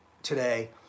today